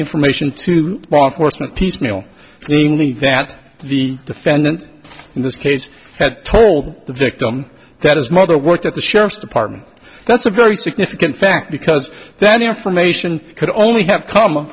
information to law enforcement piecemeal namely that the defendant in this case had told the victim that his mother worked at the sheriff's department that's a very significant fact because then the information could only have come